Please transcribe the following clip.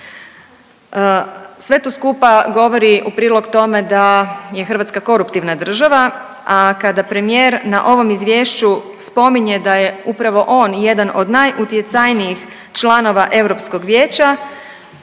Sve to skupa govori u prilog tome da je Hrvatska koruptivna država, a kada premijer na ovom Izvješću spominje da je upravo on jedan od najutjecajnijih članova Europskog vijeća,